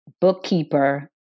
bookkeeper